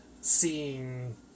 seeing